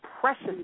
precious